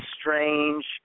strange